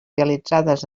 realitzades